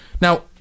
Now